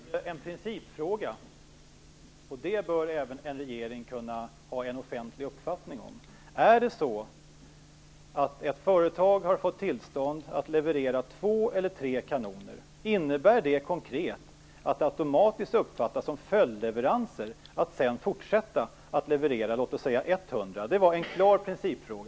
Fru talman! Jag ställde en principfråga, och en sådan bör även en regering kunna ha en offentlig uppfattning om. Säg att ett företag har fått tillstånd att leverera två eller tre kanoner. Innebär det konkret att det automatiskt uppfattas som följdleveranser att sedan fortsätta att leverera t.ex. hundra kanoner? Det var en klar principfråga.